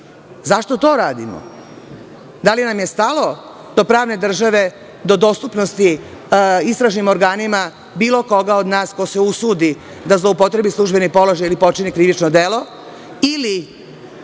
Zašto to radimo? Da li nam je stalo do pravne države, do dostupnosti istražnim organima bilo koga od nas ko se usudi da zloupotrebi službeni položaj ili počini krivično delo